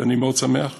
ואני שמח מאוד.